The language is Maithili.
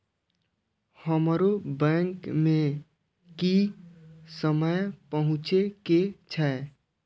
हमरो बैंक में की समय पहुँचे के छै?